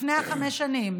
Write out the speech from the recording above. לפני חמש השנים,